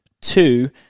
two